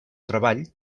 treball